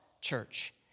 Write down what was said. church